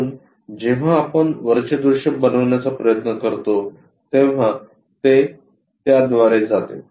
म्हणून जेव्हा आपण वरचे दृश्य बनवण्याचा प्रयत्न करतो तेव्हा ते त्याद्वारे जाते